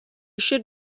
should